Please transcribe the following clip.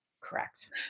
Correct